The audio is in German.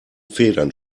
federn